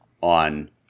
on